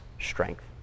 strength